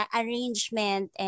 arrangement